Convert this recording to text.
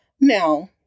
Now